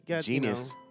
Genius